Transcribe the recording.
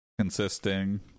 consisting